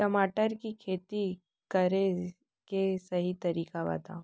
टमाटर की खेती करे के सही तरीका बतावा?